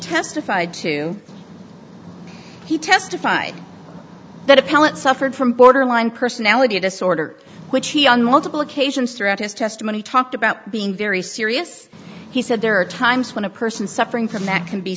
testified to he testified that appellant suffered from borderline personality disorder which he on multiple occasions throughout his testimony talked about being very serious he said there are times when a person suffering from that